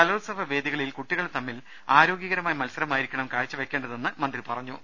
കലോത്സവ വേദികളിൽ കുട്ടികൾ തമ്മിൽ ആരോഗൃകരമായ മത്സരമായിരിക്കണം കാഴ്ച്ച വയ്ക്കേണ്ടതെന്ന് മന്ത്രി പറഞ്ഞു